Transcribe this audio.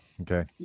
okay